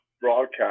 broadcast